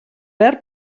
verb